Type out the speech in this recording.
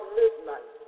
midnight